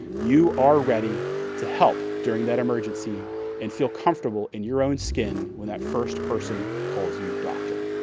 you are ready to help during that emergency and feel comfortable in your own skin when that first person calls you doctor.